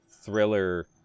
thriller